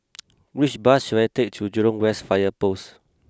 which bus should I take to Jurong West Fire Post